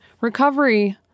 Recovery